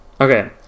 Okay